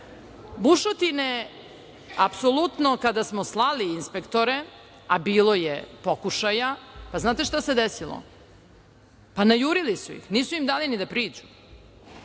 bušotina, apsolutno kada smo slali inspektore, a bilo je pokušaja, pa znate šta se desilo, pa najurili su ih, nisu im dali ni da priđu.